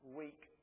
week